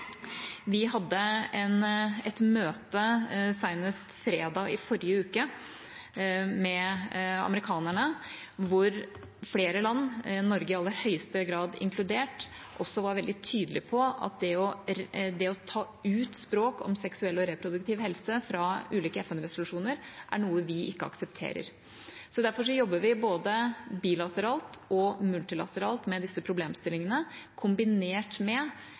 Vi hadde et møte senest fredag i forrige uke med amerikanerne hvor flere land, Norge i aller høyeste grad inkludert, var veldig tydelige på at det å ta ut språk om seksuell og reproduktiv helse fra ulike FN-resolusjoner er noe vi ikke aksepterer. Derfor jobber vi både bilateralt og multilateralt med disse problemstillingene, kombinert med